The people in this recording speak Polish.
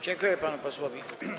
Dziękuję panu posłowi.